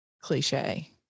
cliche